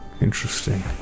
Interesting